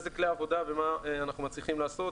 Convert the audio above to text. איזה כלי עבודה ומה אנחנו מצליחים לעשות.